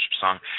song